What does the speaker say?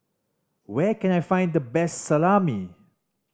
where can I find the best Salami